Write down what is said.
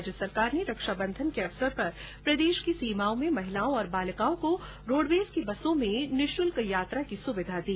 राज्य सरकार ने रक्षा बंधन के अवसर पर प्रदेश की सीमा में महिलाओं और बालिकाओं को रोडवेज की बसों में निःशुल्क यात्रा की सुविधा दी